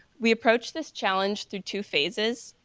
we approached this challenge through two phases,